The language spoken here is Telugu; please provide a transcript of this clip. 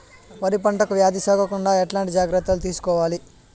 వరి పంటకు వ్యాధి సోకకుండా ఎట్లాంటి జాగ్రత్తలు తీసుకోవాలి?